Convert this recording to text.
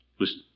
Listen